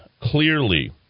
clearly